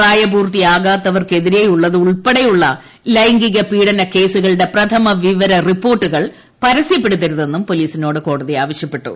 പ്രായപൂർത്തിയാകാത്തവർക്കെതിരെയുള്ളത് ഉൾപ്പെടെയുള്ള ലൈംഗിക പീഡന കേസുകളുടെ പ്രഥമ വിവര റിപ്പോർട്ടുകൾ പരസ്യപ്പെടുത്തരുതെന്നും പൊലീസിനോട് കോടതി ആവശ്യപ്പെട്ടു